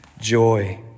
joy